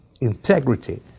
integrity